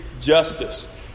justice